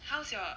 how's your